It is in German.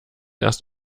erst